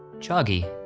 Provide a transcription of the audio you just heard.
choggie,